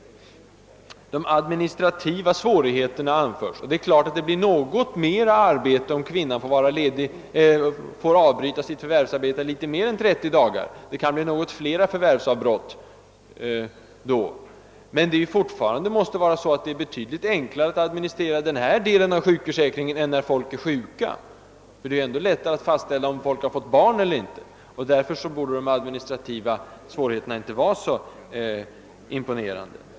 Vidare åberopas de administrativa svårigheterna i detta sammanhang. Självfallet blir det något mera administrativt arbete om kvinnan får avbryta sin ledighet något mer än 30 dagar. Det kan då bli något fler avbrott, men det måste fortfarande vara betydligt enklare att administrera denna del av sjukförsäkringen än den som avser sjukdomsfall. Det är lättare att fastställa om en kvinna fått barn, än att avgöra när en person är sjuk. Därför borde de administrativa svårigheterna inte vara så avskräckande.